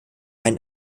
einen